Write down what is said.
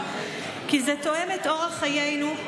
כי זה תואם את אורח חיינו.